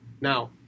Now